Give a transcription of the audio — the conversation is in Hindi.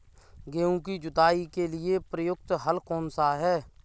गेहूँ की जुताई के लिए प्रयुक्त हल कौनसा है?